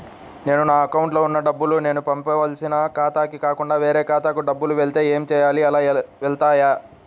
నేను నా అకౌంట్లో వున్న డబ్బులు నేను పంపవలసిన ఖాతాకి కాకుండా వేరే ఖాతాకు డబ్బులు వెళ్తే ఏంచేయాలి? అలా వెళ్తాయా?